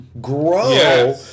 grow